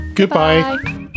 Goodbye